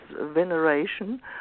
veneration